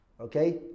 Okay